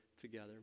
together